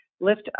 lift